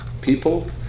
people